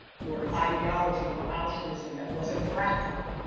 or ideology or altruism that wasn't practical.